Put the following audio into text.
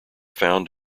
found